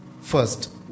first